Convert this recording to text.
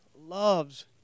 loves